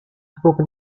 spoke